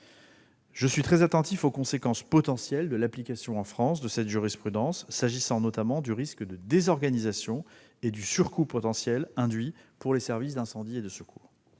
Je suis très attentif aux conséquences potentielles de l'application en France de cette jurisprudence, s'agissant notamment du risque de désorganisation et du surcoût potentiel induit pour les services d'incendie et de secours.